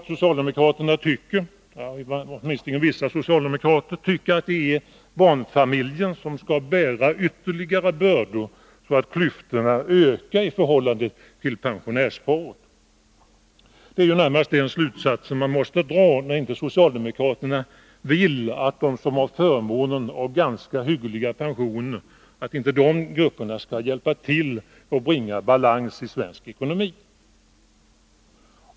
Socialdemokraterna — åtminstone vissa socialdemokrater — kanske tycker att det är barnfamiljen som skall bära ytterligare bördor, så att klyftorna ökar i förhållande till pensionsärsparet? Det är den slutsats man måste dra när inte socialdemokraterna vill att de som har förmånen av ganska hyggliga pensioner skall hjälpa till att bringa balans i svensk ekonomi.